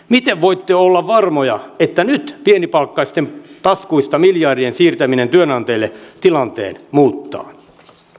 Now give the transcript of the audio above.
miten voitte olla varmoja että nyt pienipalkkaisten taskuista miljardien siirtäminen työnantajille tilanteen muuttaa